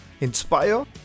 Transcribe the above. inspire